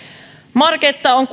marketta on